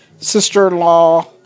sister-in-law